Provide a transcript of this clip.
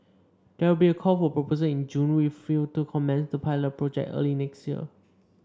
there will be a call for proposal in June with a view to commence the pilot project early next year